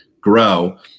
grow